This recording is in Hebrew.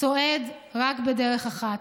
צועדת רק בדרך אחת.